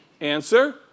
Answer